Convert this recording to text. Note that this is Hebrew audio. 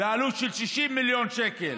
בעלות של 60 מיליון שקל.